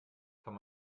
kann